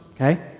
okay